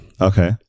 okay